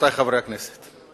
רבותי חברי הכנסת,